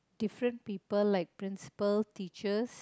different people like principal teachers